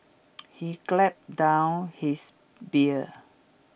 he gulped down his beer